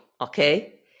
Okay